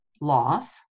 loss